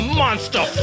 monster